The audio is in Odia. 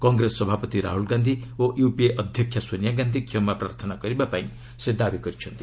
କଂଗ୍ରେସ ସଭାପତି ରାହୁଲ ଗାନ୍ଧି ଓ ୟୁପିଏ ଅଧ୍ୟକ୍ଷା ସୋନିଆ ଗାନ୍ଧି କ୍ଷମାପ୍ରାର୍ଥନା କରିବା ପାଇଁ ସେ ଦାବି କରିଛନ୍ତି